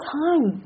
time